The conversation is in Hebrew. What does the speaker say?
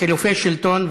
חילופי שלטון.